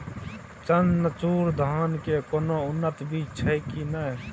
चननचूर धान के कोनो उन्नत बीज छै कि नय?